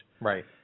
right